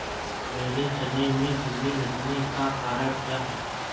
मेरे चने में इल्ली लगने का कारण क्या है?